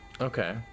okay